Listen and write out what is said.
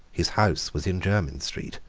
his house was in jermyn street,